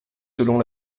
selon